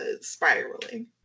spiraling